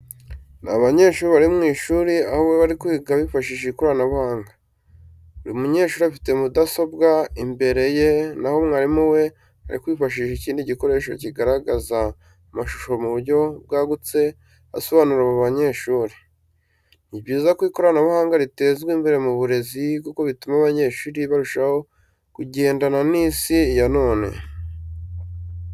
Ni abanyeshuri bari mu ishuri aho bari kwiga bifashishije ikoranabuhanga. Buri mu nyeshuri afite mudasobwa imbere ye naho mwarimu we ari kwifashisha ikindi gikoresha kigaragaza amashusho mu buryo bwagutse asobanurira abo banyeshuri. Ni byiza ko ikoranabuhanga ritezwa imbere mu burezi kuko bituma abanyeshuri barushaho kugendana n'Isi ya none